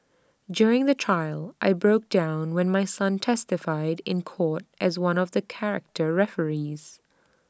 during the trial I broke down when my son testified in court as one of the character referees